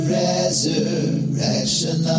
resurrection